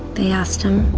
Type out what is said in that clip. they asked him,